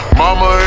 mama